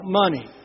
money